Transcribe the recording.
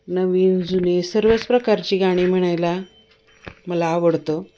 नवीन जुने सर्वच प्रकारची गाणी म्हणायला मला आवडतं